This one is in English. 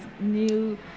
new